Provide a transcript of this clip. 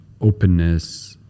openness